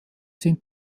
sind